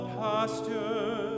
pastures